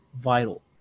vital